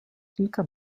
kilka